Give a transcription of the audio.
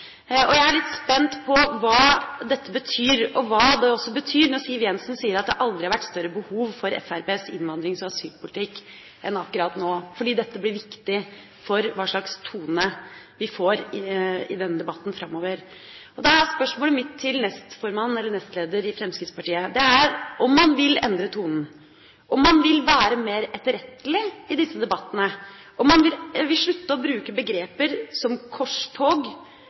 Jeg er litt spent på hva dette betyr, og på hva det betyr når Siv Jensen sier at det aldri har vært større behov for Fremskrittspartiets innvandrings- og asylpolitikk enn akkurat nå, for dette blir viktig for hva slags tone vi får i denne debatten framover. Da er spørsmålet mitt til nestlederen i Fremskrittspartiet om man vil endre tonen, om man vil være mer etterrettelig i disse debattene, om man vil slutte å bruke begreper som